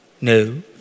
No